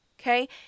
okay